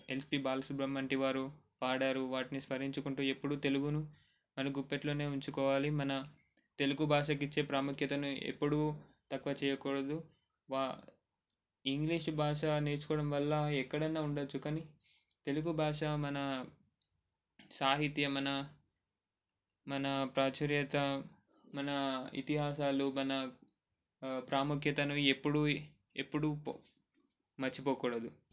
SP Balasubrahmanyam వంటి వాళ్లు పాడారు వాటిని స్మరించుకుంటూ ఎప్పుడు తెలుగును మన గుప్పెట్లోనే ఉంచుకోవాలి మన తెలుగు భాషకి ఇచ్చే ప్రాముఖ్యతను ఎప్పుడు తక్కువ చేయకూడదు ఇంగ్లీష్ భాష నేర్చుకోవడం వల్ల ఎక్కడైనా ఉండొచ్చు కానీ తెలుగు భాష మన సాహిత్యం మన మన ప్రాచుర్యత మన ఇతిహాసాలు మన ప్రాముఖ్యతను ఎప్పుడూ ఎప్పుడూ మర్చిపోకూడదు